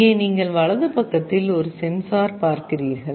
இங்கே நீங்கள் வலது பக்கத்தில் ஒரு சென்சார் பார்க்கிறீர்கள்